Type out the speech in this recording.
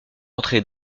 entrer